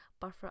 buffer